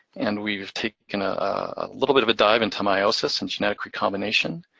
and we've taken ah a little bit of a dive into meiosis and genetic recombination.